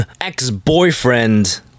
ex-boyfriend